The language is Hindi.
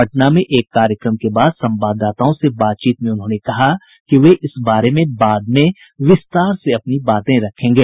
पटना में एक कार्यक्रम के बाद संवाददाताओं से बातचीत में उन्होंने कहा कि वे इस बारे में बाद में विस्तार से अपनी बात रखेंगे